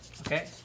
Okay